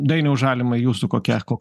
dainiau žalimai jūsų kokia koks